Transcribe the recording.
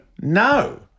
No